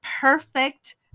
perfect